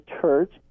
Church